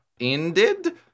ended